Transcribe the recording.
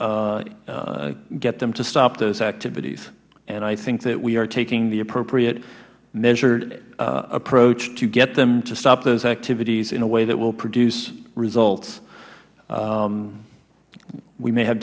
get them to stop those activities and i think that we are taking the appropriate measured approach to get them to stop those activities in a way that will produce results we may have